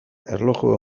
erloju